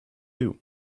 you